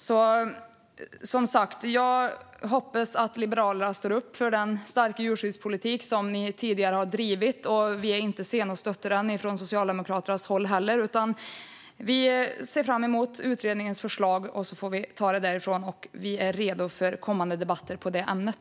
Som sagt, jag hoppas att Liberalerna står upp för den starka djurskyddspolitik som ni tidigare har drivit, och vi är inte sena att stötta den från Socialdemokraternas håll. Vi ser fram emot utredningens förslag, och så får vi ta det därifrån. Vi är redo för kommande debatter på det ämnet.